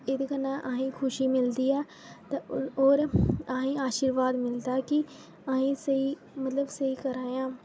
एह्दे कन्नै अहे्ं ई खुशी बी मिलदी ऐ ते होर अहे्ं ई आशीर्वाद मिलदा की अहे्ं स्हेई मतलब स्हेई करा दे आं